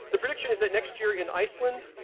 the prediction is that next year in iceland,